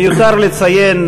מיותר לציין,